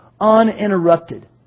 uninterrupted